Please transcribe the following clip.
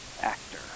actor